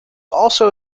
also